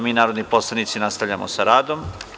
Mi narodni poslanici, nastavljamo sa radom.